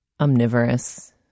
omnivorous